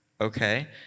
okay